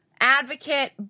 advocate